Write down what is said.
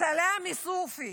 סלאמה סופי